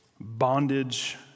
bondage